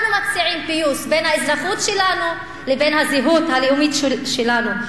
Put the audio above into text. אנחנו מציעים פיוס בין האזרחות שלנו לבין הזהות הלאומית שלנו,